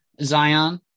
Zion